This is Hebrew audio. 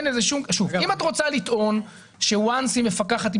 אם את רוצה לטעון שכאשר היא מפקחת היא